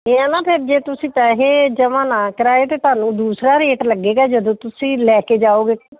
ਇਹ ਆ ਨਾ ਫਿਰ ਜੇ ਤੁਸੀਂ ਪੈਸੇ ਜਮਾਂ ਨਾ ਕਰਾਏ ਤਾਂ ਤੁਹਾਨੂੰ ਦੂਸਰਾ ਰੇਟ ਲੱਗੇਗਾ ਜਦੋਂ ਤੁਸੀਂ ਲੈ ਕੇ ਜਾਓਗੇ